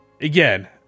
Again